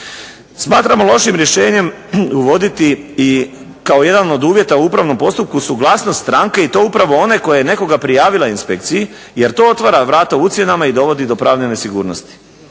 Smatramo lošim rješenjem uvoditi i kao jedan od uvjeta u upravnom postupku suglasnost stranke i to upravo one koja je nekoga prijavila inspekciji jer to otvara vrata ucjenama i dovodi do pravne nesigurnosti.